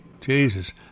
Jesus